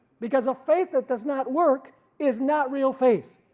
because faith that does not work is not real faith.